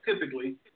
typically